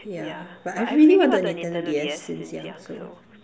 yeah but I really wanted a Nintendo-D_S since young so